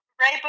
Right